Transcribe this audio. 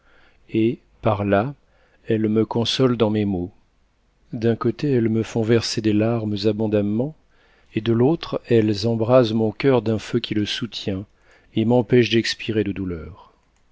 et parla elles me consolent dans mes maux d'un côté elles me font verser des larmes abondamment et de l'autre elles embrasent mon cœur d'un feu qui le soutient et m'empêche d'expirer de douleur